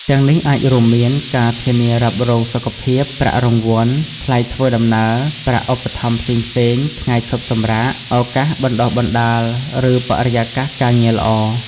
ទាំងនេះអាចរួមមាន ការធានារ៉ាប់រងសុខភាព ប្រាក់រង្វាន់ ថ្លៃធ្វើដំណើរ ប្រាក់ឧបត្ថម្ភផ្សេងៗ ថ្ងៃឈប់សម្រាក ឱកាសបណ្ដុះបណ្ដាល ឬបរិយាកាសការងារល្អ។